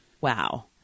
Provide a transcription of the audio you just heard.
wow